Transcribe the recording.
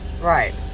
Right